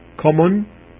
common